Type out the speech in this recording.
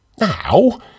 Now